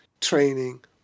training